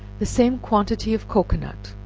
the same quantity of cocoanut,